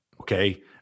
Okay